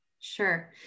sure